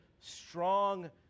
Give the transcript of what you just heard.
strong